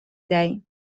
دهیم